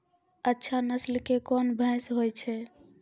अच्छा नस्ल के कोन भैंस होय छै?